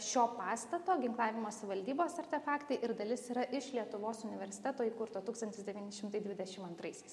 šio pastato ginklavimosi valdybos artefaktai ir dalis yra iš lietuvos universiteto įkurto tūkstantis devyni šimtai dvidešim antraisiais